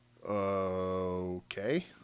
Okay